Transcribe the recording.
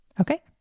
Okay